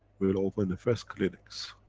we'll open the first clinics,